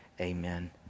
Amen